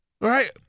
Right